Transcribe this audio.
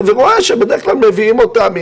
ורואה שבדרך כלל מביאים אותם,